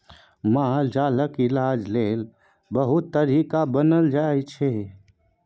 मालजालक इलाज लेल बहुत तरीका बनल छै